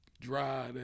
dry